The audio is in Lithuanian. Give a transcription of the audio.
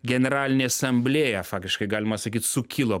generalinė asamblėja faktiškai galima sakyt sukilo